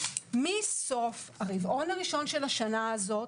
מסוף הרבעון הראשון של השנה הזאת